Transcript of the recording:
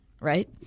right